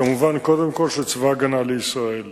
וכמובן קודם כול של צבא-ההגנה לישראל.